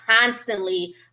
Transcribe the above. constantly